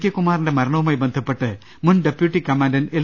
K കുമാറിന്റെ മരണവുമായി ബന്ധപ്പെട്ട് മുൻ ഡെപ്യൂട്ടി കമാൻഡന്റ് എൽ